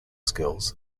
skills